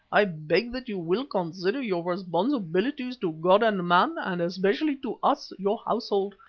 i beg that you will consider your responsibilities to god and man, and especially to us, your household,